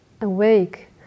awake